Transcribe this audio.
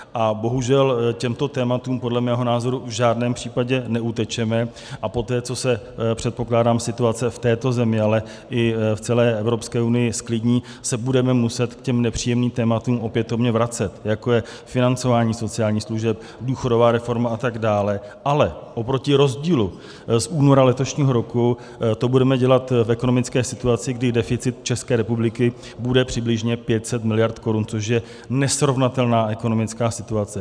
A bohužel těmto tématům podle mého názoru v žádném případě neutečeme a poté, co se, předpokládám, situace v této zemi, ale i v celé EU zklidní, se budeme muset k těm nepříjemným tématům opětovně vracet, jako je financování sociálních služeb, důchodová reforma atd., ale oproti rozdílu z února letošního roku to budeme dělat v ekonomické situaci, kdy deficit České republiky bude přibližně 500 mld. korun, což je nesrovnatelná ekonomická situace.